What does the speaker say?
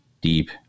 deep